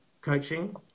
coaching